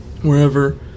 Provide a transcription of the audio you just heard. wherever